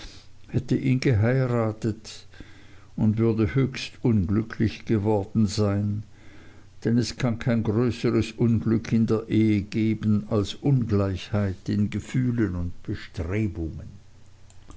hätte ihn geheiratet und würde höchst unglücklich geworden sein denn es kann kein größeres unglück in der ehe geben als ungleichheit in gefühlen und bestrebungen